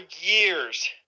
years